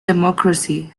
democracy